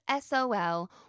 SOL